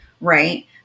right